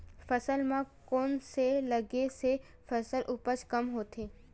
फसल म कोन से लगे से फसल उपज कम होथे?